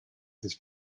this